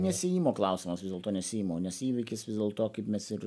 ne siejimo klausimas vis dėlto ne siejimo nes įvykis vis dėlto kaip mes ir